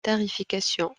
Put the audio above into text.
tarification